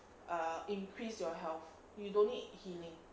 err increase your health you don't need healing